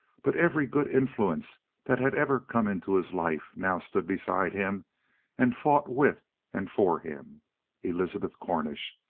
but every good influence that had ever come into his life now stood beside him and fought with and for him elizabeth cornish,